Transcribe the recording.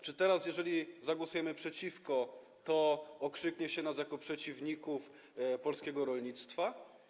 Czy teraz, jeżeli zagłosujemy przeciwko, to okrzyknie się nas przeciwnikami polskiego rolnictwa?